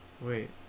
wait